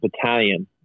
battalion